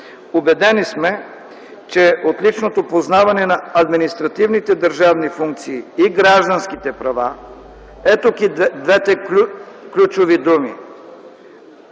Убедени сме, че отличното познаване на административните държавни функции и гражданските права – ето ги двете ключови думи: